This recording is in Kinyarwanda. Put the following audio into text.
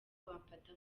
bamfata